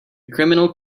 criminal